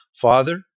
Father